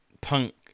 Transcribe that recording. Punk